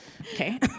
Okay